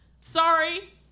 Sorry